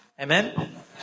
Amen